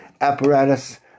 apparatus